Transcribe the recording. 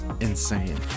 insane